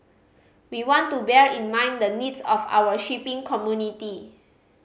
we want to bear in mind the needs of our shipping community